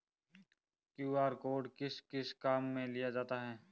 QR code किस किस काम में लिया जाता है?